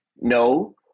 no